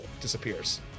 disappears